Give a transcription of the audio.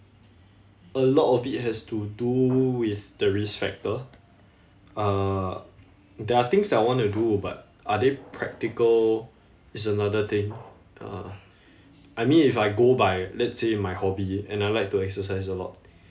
a lot of it has to do with the risk factor uh there are things that I want to do but are they practical is another thing uh I mean if I go by let's say my hobby and I like to exercise a lot